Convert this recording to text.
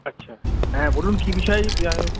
আচ্ছা হ্যাঁ বলুন কী বিষয়